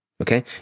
Okay